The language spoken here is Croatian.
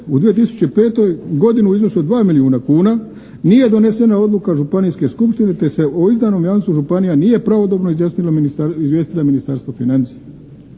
u 2005. godini u iznosu od 2 milijuna kuna nije donesena odluka županijske skupštine te se o izdanom jamstvu županija nije pravodobno izjasnila, izvijestila Ministarstvo financija.